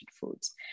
foods